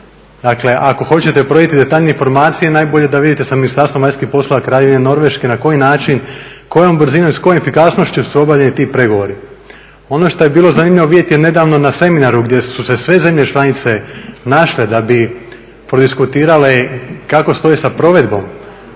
Dakle, ako hoćete provjeriti detaljnije informacije najbolje da vidite sa Ministarstvom vanjskih poslova Kraljevine Norveške na koji način kojom brzinom i s kojom efikasnošću su obavljeni ti pregovori. Ono što je bilo zanimljivo vidjeti je nedavno na seminaru gdje su se sve zemlje članice našle da bi prodiskutirale kako stoji sa provedbom,